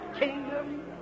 kingdom